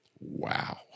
Wow